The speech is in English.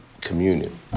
communion